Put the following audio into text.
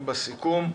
בסיכום.